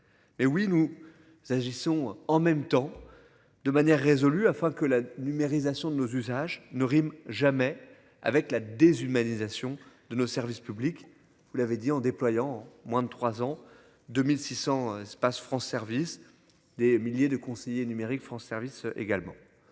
Et oui nous. Agissons en même temps. De manière résolue afin que la numérisation de nos usages ne rime jamais avec la déshumanisation de nos services publics, vous l'avez dit en déployant moins de 3 ans 2600 Space France, service des milliers de conseillers numérique France service également.